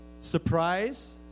Surprise